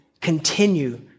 continue